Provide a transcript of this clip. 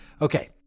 Okay